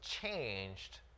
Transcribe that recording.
changed